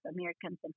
Americans